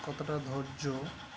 কতটা ধৈর্য